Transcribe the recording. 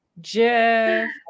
Jeff